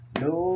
no